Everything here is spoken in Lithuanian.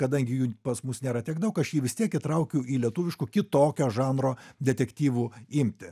kadangi jų pas mus nėra tiek daug aš jį vis tiek įtraukiau į lietuviškų kitokio žanro detektyvų imtį